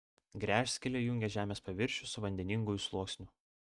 gręžskylė jungia žemės paviršių su vandeninguoju sluoksniu